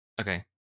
Okay